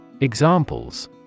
Examples